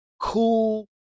cool